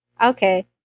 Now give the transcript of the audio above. Okay